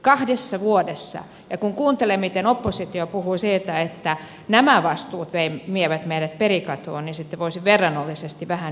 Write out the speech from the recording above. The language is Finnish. kahdessa vuodessa ja kun kuuntelen miten oppositio puhui siitä että nämä vastuut vievät meidät perikatoon niin sitten voisi verrannollisesti vähän miettiä tätä